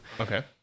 Okay